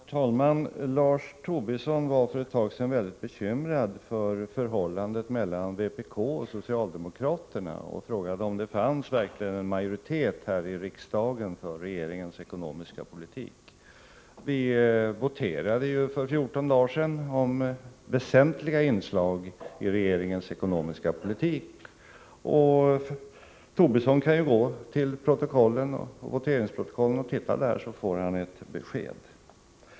Herr talman! Lars Tobisson var för en stund sedan mycket bekymrad över förhållandet mellan vpk och socialdemokraterna samt frågade om det verkligen fanns en majoritet här i riksdagen för regeringens ekonomiska politik. Vi voterade för 14 dagar sedan om väsentliga inslag i regeringens ekonomiska politik. Lars Tobisson kan ju ta del av voteringsresultaten i det aktuella protokollet och få besked om hur vi röstade.